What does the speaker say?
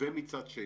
ומצד שני,